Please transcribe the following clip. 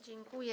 Dziękuję.